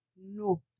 No